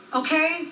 okay